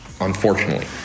unfortunately